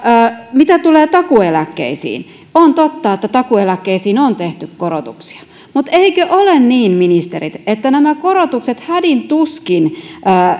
mitä tulee takuueläkkeisiin on totta että takuueläkkeisiin on tehty korotuksia mutta eikö ole niin ministerit että nämä korotukset hädin tuskin